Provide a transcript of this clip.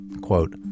Quote